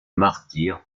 martyr